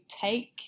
take